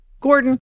Gordon